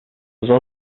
also